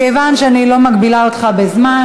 מכיוון שאני לא מגבילה אותך בזמן,